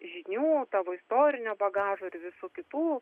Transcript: žinių tavo istorinio bagažo ir visų kitų